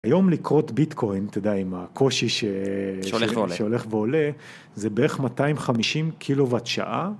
היום לכרות ביטקוין, אתה יודע, עם הקושי ש... (שהולך ועולה) שהולך ועולה, זה בערך 250 קילו-ואט-שעה,